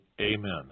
Amen